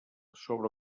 sobre